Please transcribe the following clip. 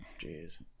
jeez